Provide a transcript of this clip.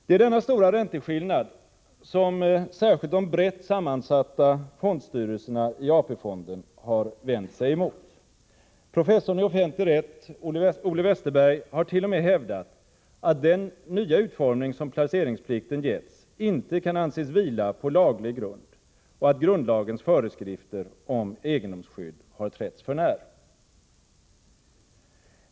Det är denna stora ränteskillnad som särskilt de brett sammansatta fondstyrelserna i AP-fonden har vänt sig emot. Ole Westerberg, professor i offentlig rätt, har t.o.m. hävdat att den nya utformning som placeringsplikten getts inte kan anses vila på laglig grund och att grundlagens föreskrifter om egendomsskydd har trätts för när.